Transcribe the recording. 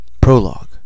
Prologue